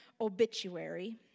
obituary